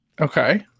Okay